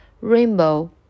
rainbow